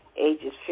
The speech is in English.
ages